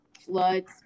floods